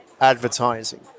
advertising